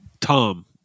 Tom